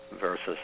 versus